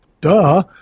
duh